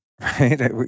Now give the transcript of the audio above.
right